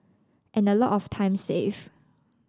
and a lot of time saved